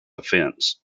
fence